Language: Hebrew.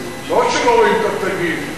לא רק שלא רואים את התגים,